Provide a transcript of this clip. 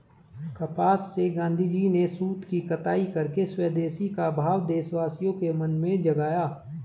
कपास से गाँधीजी ने सूत की कताई करके स्वदेशी का भाव देशवासियों के मन में जगाया